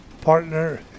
partner